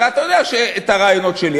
הרי אתה יודע את הרעיונות שלי,